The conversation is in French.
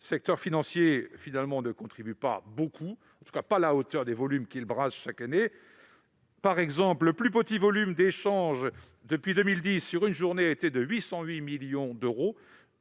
le secteur financier ne contribue pas beaucoup, en tout cas pas à la hauteur des volumes qu'il brasse chaque année. Par exemple, le plus petit volume d'échanges sur une journée, depuis 2010, a été de 808 millions d'euros,